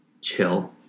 Chill